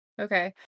Okay